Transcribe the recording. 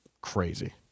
crazy